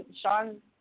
Sean